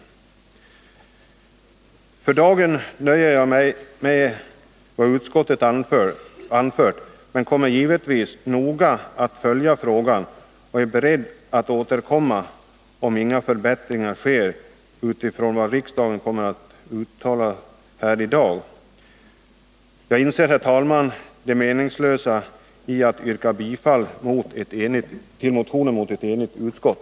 För dagen nöjer jag mig med vad utskottet anfört, men jag kommer givetvis att noga följa frågan och är beredd att återkomma om inga förbättringar sker med anledning av vad riksdagen kommer att uttala här i dag. Jag inser, herr talman, det meningslösa i att yrka bifall till motionen mot ett enigt utskott.